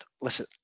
Listen